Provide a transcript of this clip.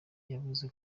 yavuze